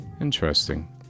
Interesting